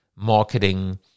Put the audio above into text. marketing